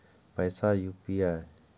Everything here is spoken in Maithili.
पैसा यू.पी.आई?